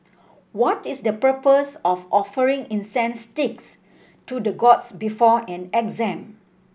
what is the purpose of offering incense sticks to the gods before an exam